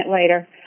later